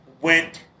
went